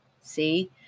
See